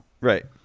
Right